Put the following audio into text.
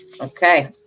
Okay